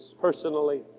Personally